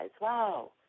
wow